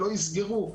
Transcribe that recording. שלא יסגרו,